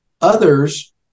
Others